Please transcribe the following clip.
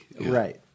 Right